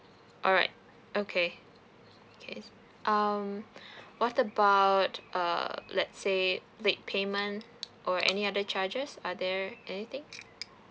alright okay okay um what about err let's say late payment or any other charges are there anything